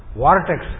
vortex